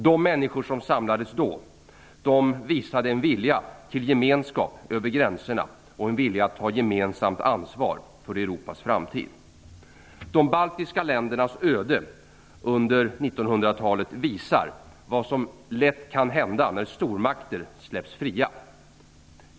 De människor som samlades då visade en vilja till gemenskap över gränserna och en vilja att ta gemensamt ansvar för De baltiska ländernas öde under 1900-talet visar vad som lätt kan hända när stormakter släpps fria.